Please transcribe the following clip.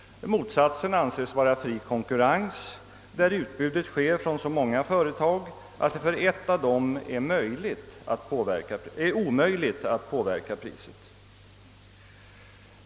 Motsatsen anses vara fri konkurrens, där utbudet sker från så många företag att det för ett av dem är omöjligt att påverka priset.